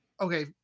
Okay